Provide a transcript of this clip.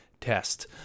test